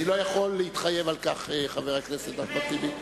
אני לא יכול להתחייב על כך, חבר הכנסת אחמד טיבי,